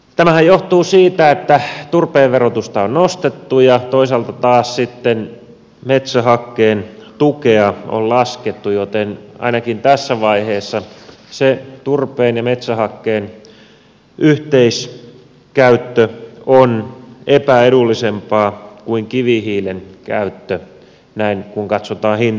tämähän johtuu siitä että turpeen verotusta on nostettu ja toisaalta taas sitten metsähakkeen tukea on laskettu joten ainakin tässä vaiheessa turpeen ja metsähakkeen yhteiskäyttö on epäedullisempaa kuin kivihiilen käyttö näin kun katsotaan hintatekijöitä